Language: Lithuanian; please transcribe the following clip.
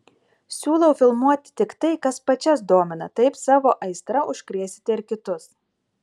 siūlau filmuoti tik tai kas pačias domina taip savo aistra užkrėsite ir kitus